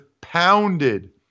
pounded